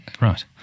Right